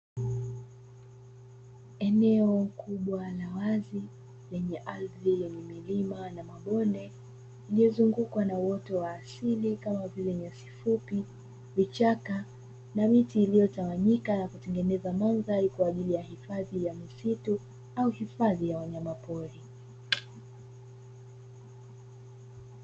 Eneo kubwa la wazi zenye ardhi yenye milima na mabonde lililozungukwa na uoto wa asili kama vile nyasi fupi ,vichaka na miti iliyotawanyika na kutengeneza madhari kwa ajili ya hifadhi ya misitu au hifadhi ya wanyamapori.